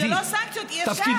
זה לא סנקציות, אי-אפשר.